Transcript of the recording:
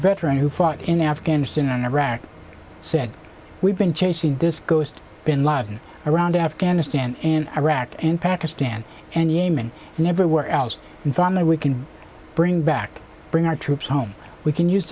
veteran who fought in afghanistan and iraq said we've been chasing this ghost bin laden around afghanistan and iraq and pakistan and yemen and everywhere else and finally we can bring back bring our troops home we can use